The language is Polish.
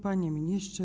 Panie Ministrze!